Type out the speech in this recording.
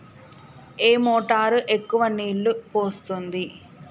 ఏ motor ఎక్కువ నీళ్లు పోస్తుంది?